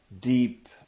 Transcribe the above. deep